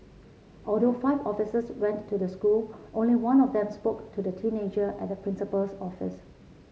although five officers went to the school only one of them spoke to the teenager at the principal's office